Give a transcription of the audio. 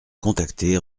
contacter